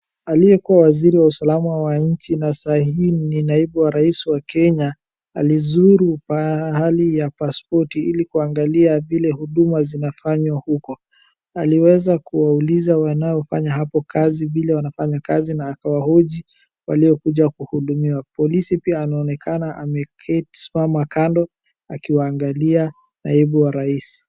Aliyekuwa Waziri wa Usalama wa nchi na sa hii ni naibu wa rais wa Kenya alizuru pahalii ya pasipoti ili kuangalia vile huduma zinafanywa huko. Aliweza kuwauliza wanaofanya hapo kazi vile wanafanya kazi na akawahoji waliokuja kuhudumiwa. Polisi pia anaonekana ameketi, amesimama kando akimwangalia naibu wa rais.